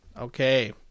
Okay